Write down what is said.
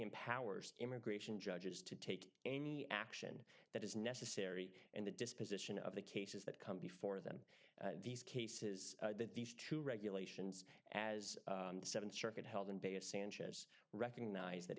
empowers immigration judges to take any action that is necessary and the disposition of the cases that come before them these cases that these two regulations as the seventh circuit held in bay of sanchez recognize that